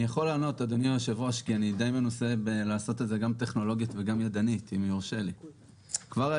יושב-ראש רשות ניירות ערך, חברי